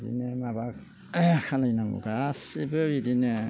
बिदिनो माबा खालायनांगौ गासिबो बिदिनो